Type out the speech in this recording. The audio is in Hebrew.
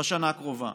בשנה הקרובה?